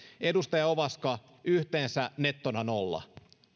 edustaja ovaska yhteensä nettona nolla